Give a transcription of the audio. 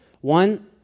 One